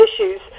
issues